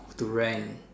to rent